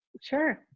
Sure